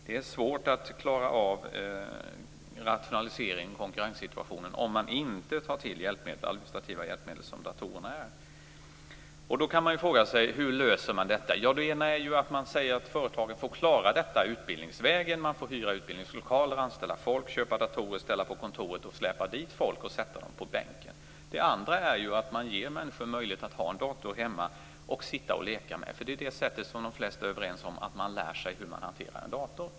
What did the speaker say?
Det är svårt att klara av konkurrenssituationen om man inte tar till de administrativa hjälpmedel som datorerna är. Då kan man fråga sig hur man löser detta. Det ena sättet är att man säger att företagen får klara detta utbildningsvägen. Man får hyra utbildningslokaler, anställa folk, köpa datorer och ställa på kontoret och släpa dit folk och sätta dem på skolbänken. Det andra sättet är att man ger människor möjlighet att ha en dator hemma att sitta och leka med. Det är på det sättet som de flesta är överens om att man lär sig hur man hanterar en dator.